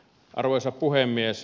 arvoisa puhemies